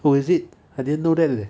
oh is it I didn't know that leh